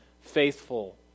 faithful